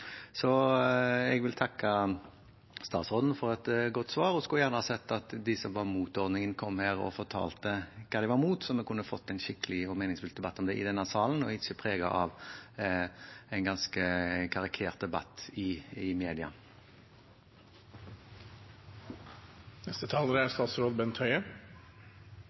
Jeg vil takke statsråden for et godt svar og skulle gjerne sett at de som var mot ordningen, kom her og fortalte hva de var imot, så vi kunne fått en skikkelig og meningsfull debatt om det i denne salen og ikke preget av en ganske karikert debatt i media.